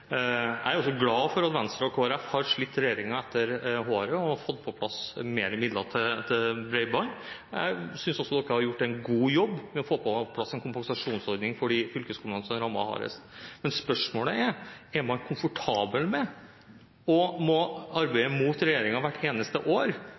Jeg er også glad for at Venstre og Kristelig Folkeparti har slitt regjeringen etter håret og fått på plass mer midler til bredbånd. Jeg synes også dere har gjort en god jobb med å få på plass en kompensasjonsordning for de fylkekommunene som er hardest rammet. Men spørsmålet er: Er man komfortabel med å måtte arbeide mot regjeringen hvert eneste år og